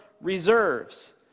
reserves